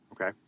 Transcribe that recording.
okay